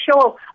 sure